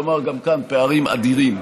כלומר גם כאן פערים אדירים.